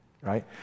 right